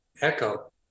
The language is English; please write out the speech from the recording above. ECHO